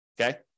okay